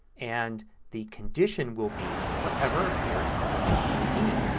and the condition will be whatever appears in column e.